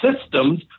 systems